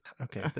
Okay